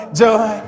joy